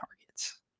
targets